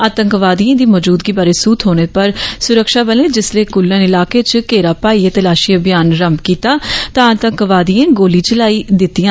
आतंकवादिएं दी मौजूदगी बारै सूह थ्होने पर सुरक्षा बले जिसलै कुल्लन इलाके च घेरा पाइयै तलाशी अभियान रम्म कीता ता आतंकवादिए गोली चलाई दित्तियां